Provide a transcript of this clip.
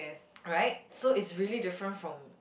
right so it's really different from